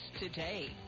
today